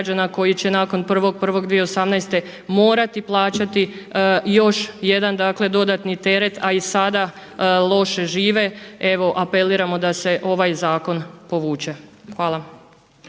koji će nakon 1.1.2018. morati plaćati još jedan dakle dodatni teret, a i sada loše žive. Evo apeliramo da se ovaj zakon povuče. Hvala.